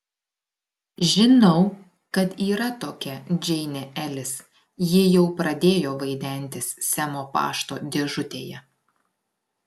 žinau kad yra tokia džeinė elis ji jau pradėjo vaidentis semo pašto dėžutėje